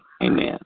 Amen